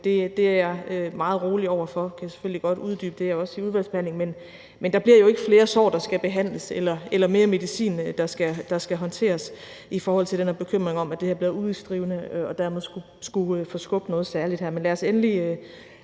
er jeg meget rolig over for. Jeg kan selvfølgelig godt uddybe det også i udvalgsbehandlingen, men der bliver jo ikke flere sår, der skal behandles, eller mere medicin, der skal håndteres, i forhold til den her bekymring om, at det her blev udgiftsdrivende og dermed skulle forskubbe noget særligt her.